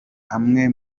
amwe